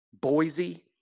Boise